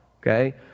okay